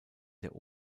der